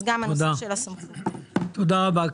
תודה רבה.